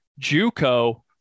Juco